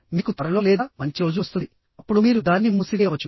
మీకు త్వరలో లేదా మంచి రోజు వస్తుందిఅప్పుడు మీరు దానిని మూసివేయవచ్చు